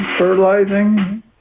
fertilizing